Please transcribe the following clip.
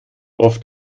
oft